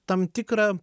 tam tikrą